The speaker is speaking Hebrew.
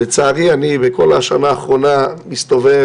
לצערי אני בכל השנה האחרונה מסתובב